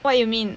what you mean